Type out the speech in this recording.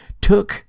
took